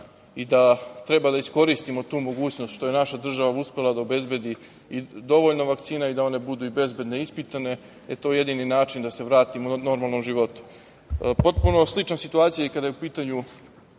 i da treba da iskoristimo tu mogućnost što je naša država uspela da obezbedi i dovoljno vakcina i da one budu bezbedne, ispitane, jer je to jedini način da se vratimo normalnom životu. Potpuno je slična situacija i kada je u pitanju